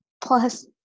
plus